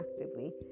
actively